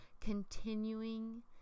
continuing